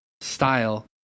style